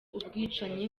ubwicanyi